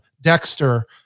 Dexter